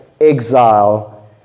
exile